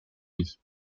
demie